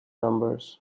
numbers